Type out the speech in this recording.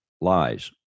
lies